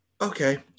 Okay